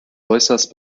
äußerst